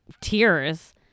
tears